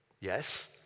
Yes